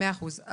מאה אחוז.